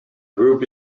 group